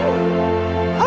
oh